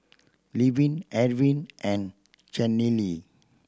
Levin Arvin and Chanelle